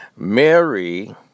Mary